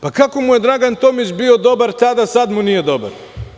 Kako mu je Dragan Tomić bio dobar tada, sad mu nije dobar?